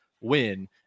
win